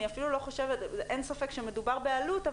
אין ספק שמדובר בעלות,